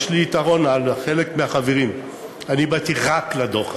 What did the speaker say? יש לי יתרון על חלק מהחברים: אני באתי רק לדוח הזה.